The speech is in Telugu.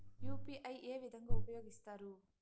యు.పి.ఐ ఏ విధంగా ఉపయోగిస్తారు?